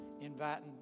inviting